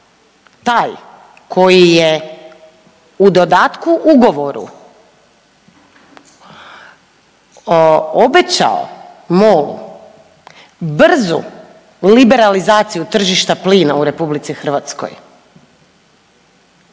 taj koji je u dodatku ugovoru obećao MOL-u brzu liberalizaciju tržišta plina u RH, da je